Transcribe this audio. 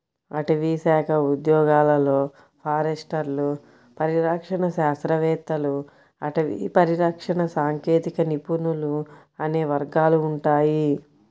అటవీశాఖ ఉద్యోగాలలో ఫారెస్టర్లు, పరిరక్షణ శాస్త్రవేత్తలు, అటవీ పరిరక్షణ సాంకేతిక నిపుణులు అనే వర్గాలు ఉంటాయి